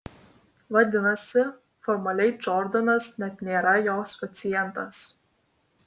vadinasi formaliai džordanas net nėra jos pacientas